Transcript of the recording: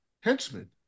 henchmen